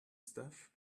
stuff